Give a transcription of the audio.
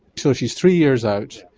so she is three years out,